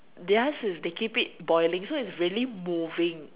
their is they keep it boiling so it's really moving